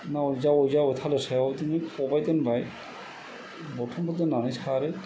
नाव जावै जावै थालिर सायाव बिदिनो खबाइ दोनबाय बरथनबो दोननानै सारो